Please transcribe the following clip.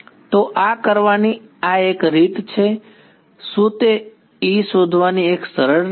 તો આ કરવાની આ એક રીત છે શું તે E શોધવાની એક સરળ રીત છે